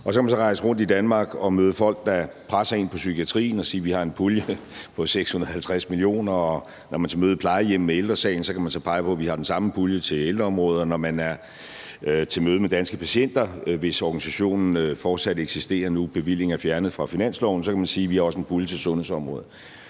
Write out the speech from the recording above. så kan man så rejse rundt i Danmark og møde folk, der presser en på psykiatrien, og så kan man sige, at man har en pulje på 650 mio. kr., og når man er til møder på plejehjem med Ældre Sagen, kan man så pege på den samme pulje til ældreområdet, og når man er til møde med Danske Patienter, hvis organisationen fortsat eksisterer, når nu bevillingen til den er fjernet fra finansloven, kan man sige, at man også har en pulje til sundhedsområdet.